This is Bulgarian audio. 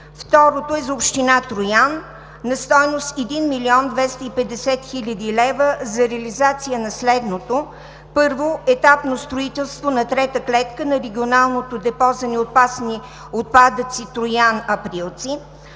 Второто, е за община Троян на стойност 1 млн. 250 хил. лв. за реализация на следното: 1. Етапно строителство на трета клетка на регионалното депо за неопасни отпадъци Троян – Априлци.